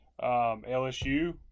LSU